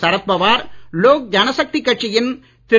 சரத் பவார் லோக் ஜனசக்தி கட்சியின் திரு